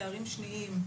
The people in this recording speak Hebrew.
תארים שניים,